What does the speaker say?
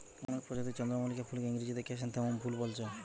অনেক প্রজাতির চন্দ্রমল্লিকা ফুলকে ইংরেজিতে ক্র্যাসনথেমুম ফুল বোলছে